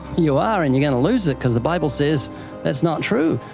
you are, and you're going to lose it, because the bible says that's not true.